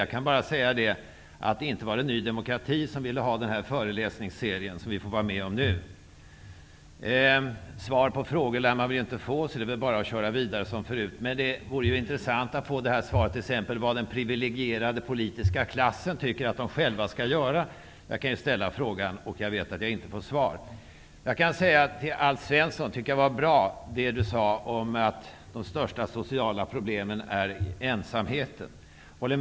Jag kan bara säga att det inte var Ny Demokrati som ville ha denna föreläsningsserie, som vi får vara med om i dag. Svar på frågor lär vi väl inte få, så det gäller bara att köra vidare som förut. Det vore dock intressant att få svaret på frågan vad den privilegierade politiska klassen tycker att den själv skall göra. Jag kan ställa frågan, och jag vet att jag inte får något svar Jag tycker att det som Alf Svensson sade var bra, att ensamheten är ett av de största sociala problemen. Det håller jag med om.